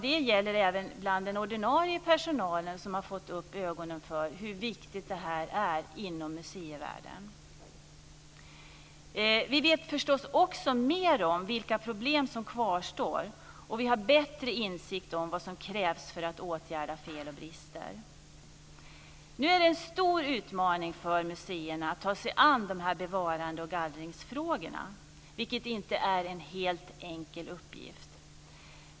Det gäller även bland den ordinarie personalen, som har fått upp ögonen för hur viktigt det här är inom museivärlden. Vi vet förstås också mer om vilka problem som kvarstår, och vi har bättre insikt om vad som krävs för att åtgärda fel och brister. Nu är det en stor utmaning för museerna att ta sig an de här bevarande och gallringsfrågorna, vilket inte är en helt enkel uppgift.